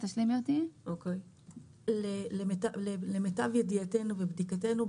למיטב ידיעתנו ובדיקתנו,